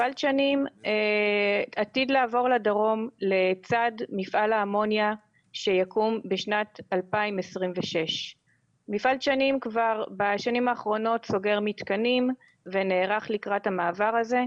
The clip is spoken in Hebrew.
מפעל דשנים עתיד לעבור לדרום לצד מפעל האמוניה שיקום בשנת 2026. מפעל דשנים סוגר מתקנים בשנים האחרונות ונערך לקראת המעבר הזה.